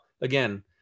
again